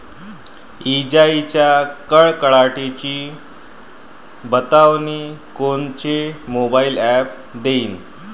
इजाइच्या कडकडाटाची बतावनी कोनचे मोबाईल ॲप देईन?